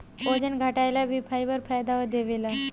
ओजन घटाएला भी फाइबर फायदा देवेला